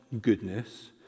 goodness